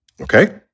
Okay